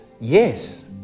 Yes